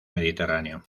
mediterráneo